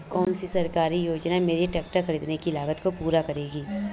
कौन सी सरकारी योजना मेरे ट्रैक्टर ख़रीदने की लागत को पूरा करेगी?